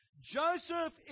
Joseph